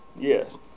Yes